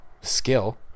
skill